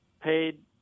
paid